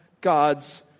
God's